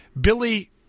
Billy